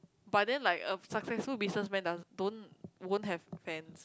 but then like a successful businessman does don't won't have fans